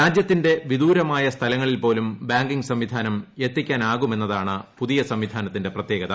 രാജ്യത്തിന്റെ വിദൂരമായ സ്ഥലങ്ങളിൽ പോലും ബാങ്കിംഗ് സംവിധാനം എത്തിക്കാനാകുമെന്നതാണ് പുതിയ സംവിധാനത്തിന്റെ പ്രത്യേകത